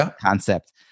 concept